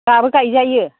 दाबो गायजायो